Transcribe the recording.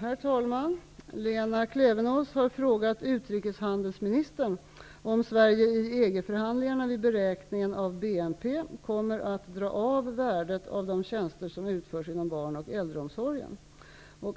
Herr talman! Lena Klevenås har frågat utrikeshandelsministern om Sverige i EG förhandlingarna vid beräkning av BNP kommer att dra av värdet av de tjänster som utförs inom barnoch äldreomsorgen.